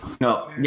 No